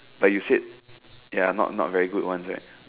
but you said ya not not very good once right